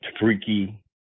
freaky